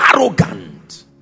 arrogant